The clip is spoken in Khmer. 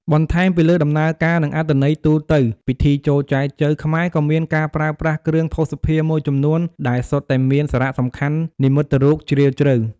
បន្ថែមពីលើដំណើរការ និងអត្ថន័យទូទៅ ពិធីចូលចែចូវខ្មែរក៏មានការប្រើប្រាស់ គ្រឿងភស្តុភារ មួយចំនួនដែលសុទ្ធតែមាន សារៈសំខាន់និមិត្តរូប ជ្រាលជ្រៅ។